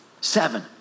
Seven